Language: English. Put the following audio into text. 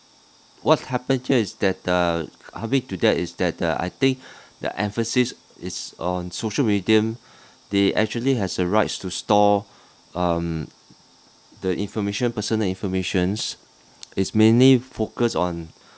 what happen here is that the uh coming to that is that uh I think the emphasis is on social media they actually has a rights to store um the information personal informations is mainly focus on